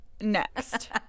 Next